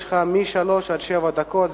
יש לך משלוש עד שבע דקות,